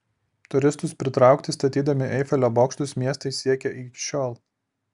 turistus pritraukti statydami eifelio bokštus miestai siekia iki šiol